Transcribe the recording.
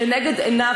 הוא לנגד עיניו.